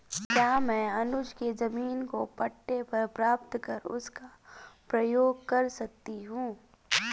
क्या मैं अनुज के जमीन को पट्टे पर प्राप्त कर उसका प्रयोग कर सकती हूं?